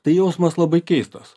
tai jausmas labai keistas